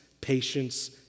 patience